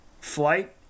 flight